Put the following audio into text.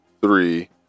three